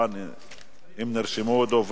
מובן שהוועדה שתדון בהצעת החוק היא ועדת העבודה,